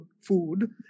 food